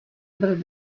byl